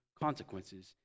consequences